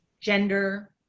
gender